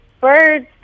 birds